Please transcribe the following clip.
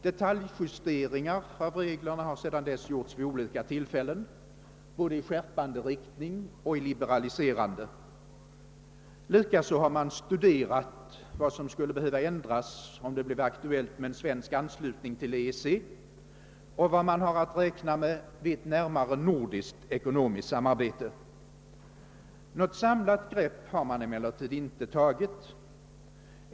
Detaljjusteringar av reglerna har sedan dess gjorts vid olika tillfällen, både i skärpande och i liberaliserande riktning. Likaså har man studerat vad som skulle behöva ändras, om en svensk anslutning till EEC blir aktuell, och vad man har att räkna med vid ett närmare nordiskt ekonomiskt samarbete. Något samlat grepp har man emellertid inte tagit.